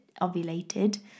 ovulated